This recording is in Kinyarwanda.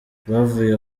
bavuye